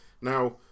Now